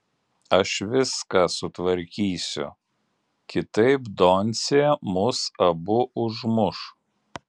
aš viską sutvarkysiu kitaip doncė mus abu užmuš